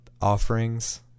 offerings